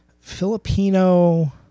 Filipino